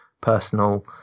personal